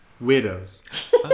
Widows